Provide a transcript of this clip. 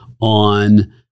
on